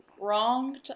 wronged